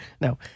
no